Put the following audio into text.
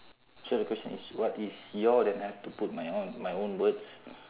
so the question is what is your then I have to put my own my own words